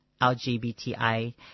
LGBTI